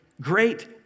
great